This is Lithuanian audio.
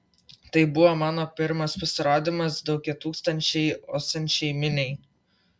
tai buvo mano pirmas pasirodymas daugiatūkstantinei ošiančiai miniai